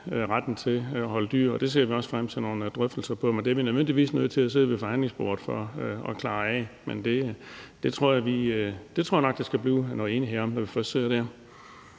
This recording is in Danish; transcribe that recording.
retten til at holde dyr, og det ser vi også frem til nogle drøftelser om. Det er vi nødt til at sidde ved forhandlingsbordet for at afklare, men det tror jeg nok at der skal blive enighed om, når vi først sidder der.